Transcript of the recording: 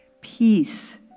Peace